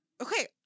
Okay